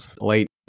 late